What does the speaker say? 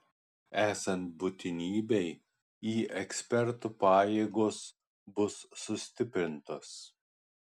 esant būtinybei į ekspertų pajėgos bus sustiprintos